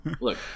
Look